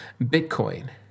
Bitcoin